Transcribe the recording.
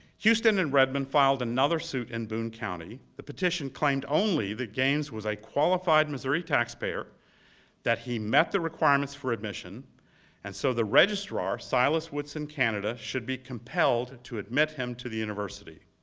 houston and redmond filed another suit in boone county. the petition claimed only that gaines was a qualified missouri taxpayer that he met the requirements for admission and so the registrar, silas woodson canada, should be compelled to admit him to the university.